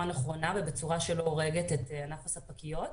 הנכונה ובצורה שלא הורגת את ענף הספקיות.